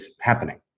happening